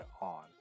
on